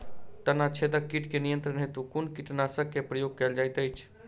तना छेदक कीट केँ नियंत्रण हेतु कुन कीटनासक केँ प्रयोग कैल जाइत अछि?